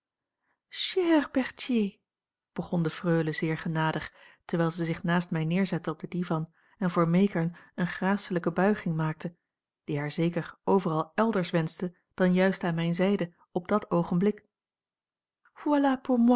berthier begon de freule zeer genadig terwijl zij zich naast mij neerzette op den divan en voor meekern eene gracelijke buiging maakte die haar zeker overal elders wenschte dan juist aan mijne zijde op dat oogenblik voilà